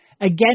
again